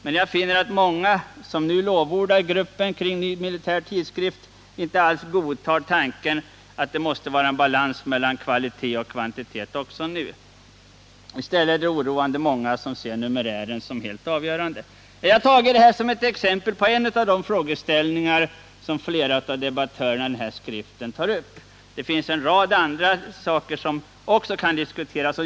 Men jag finner att många som nu lovordar gruppen kring Ny militär tidskrift inte alls godtar tanken att det också i dag måste vara en balans mellan kvalitet och kvantitet — oroande många ser numerären som det helt avgörande. Jag har anfört detta som ett exempel på en av de frågeställningar som tagits upp av flera av debattörerna i skriften Elva åsikter om svensk säkerhetspolitik. Det finns en rad andra frågor som också skulle kunna diskuteras.